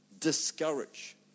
discourage